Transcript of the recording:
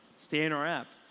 stay in our app.